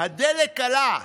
הדלק עלה,